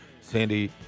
Sandy